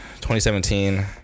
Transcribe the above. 2017